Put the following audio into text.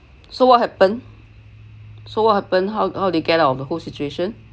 so what happen so what happen how how they get out of the whole situation